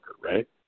right